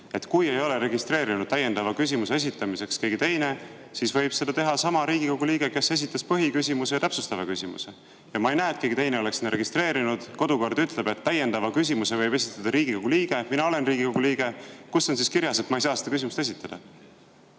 kui ei ole registreerunud täiendava küsimuse esitamiseks keegi teine, siis võib seda teha sama Riigikogu liige, kes esitas põhiküsimuse ja täpsustava küsimuse. Ja ma ei näe, et keegi teine oleks registreerunud. Kodukord ütleb, et täiendava küsimuse võib esitada Riigikogu liige. Mina olen Riigikogu liige. Kus on siis kirjas, et ma ei saa seda küsimust esitada?